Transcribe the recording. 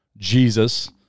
Jesus